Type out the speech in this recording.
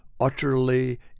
utterly